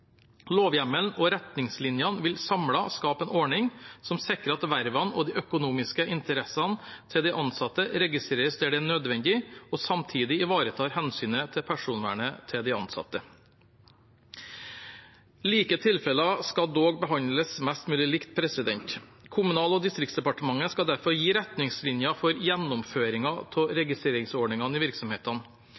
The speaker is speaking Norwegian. Lovhjemmelen og retningslinjene vil samlet skape en ordning som sikrer at vervene og de økonomiske interessene til de ansatte registreres der det er nødvendig, og samtidig ivaretar hensynet til personvernet til de ansatte. Like tilfeller skal behandles mest mulig likt. Kommunal- og distriktsdepartementet skal derfor gi retningslinjer for gjennomføringen av registreringsordningene i virksomhetene.